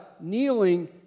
kneeling